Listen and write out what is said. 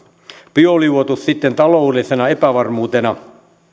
bioliuotus sitten taloudellisena epävarmuutena